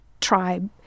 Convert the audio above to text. tribe